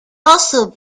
also